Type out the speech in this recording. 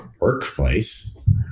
workplace